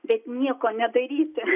bet nieko nedaryti